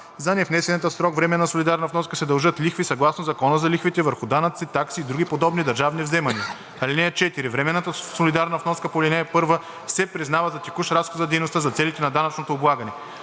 За невнесената в срок временна солидарна вноска се дължат лихви съгласно Закона за лихвите върху данъци, такси и други подобни държавни вземания. (4) Временната солидарна вноска по ал. 1 се признава за текущ разход за дейността за целите на данъчното облагане.